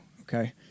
okay